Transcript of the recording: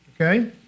Okay